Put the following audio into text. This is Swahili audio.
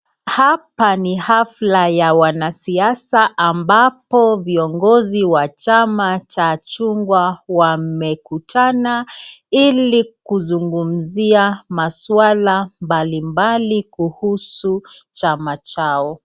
Hapa ni hafla ya wanasiasa ambapo viongozi wa chama cha chungwa wamekutana ili kuzungumzia maswala mbalimbali kuhusu chama chao.